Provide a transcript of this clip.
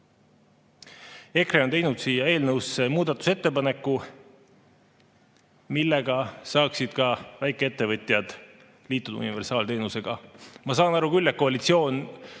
EKRE on teinud siia eelnõusse muudatusettepaneku, millega saaksid ka väikeettevõtjad liituda universaalteenusega. Ma saan aru küll, et koalitsiooni